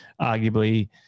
arguably